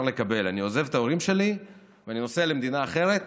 לקבל: אני עוזב את ההורים שלי ואני נוסע למדינה אחרת